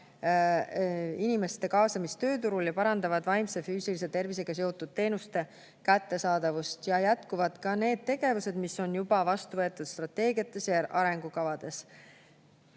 inimeste kaasamist tööturul ning parandab vaimse ja füüsilise tervisega seotud teenuste kättesaadavust. Jätkuvad ka need tegevused, mis on juba vastu võetud strateegiates ja arengukavades.